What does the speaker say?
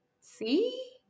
see